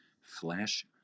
flash